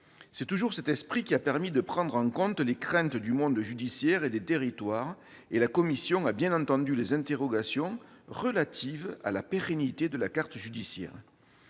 C'est toujours cet esprit qui a permis de prendre en compte les craintes du monde judiciaire et des territoires. La commission a bien entendu les interrogations relatives à la pérennité de la carte judiciaire.